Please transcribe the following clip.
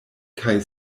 kaj